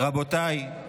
רבותיי,